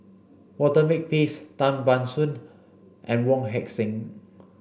Walter Makepeace Tan Ban Soon and Wong Heck Sing